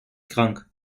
krank